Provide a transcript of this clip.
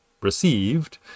received